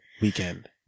weekend